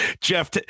Jeff